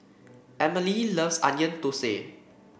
Emmalee loves Onion Thosai